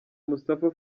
moustapha